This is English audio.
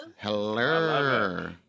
Hello